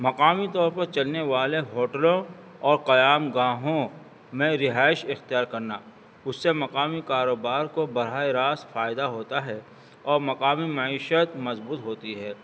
مقامی طور پر چلنے والے ہوٹلوں اور قیام گاہوں میں رہائش اختیار کرنا اس سے مقامی کاروبار کو برائے راست فائدہ ہوتا ہے اور مقامی معیشت مضبوط ہوتی ہے